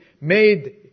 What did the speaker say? made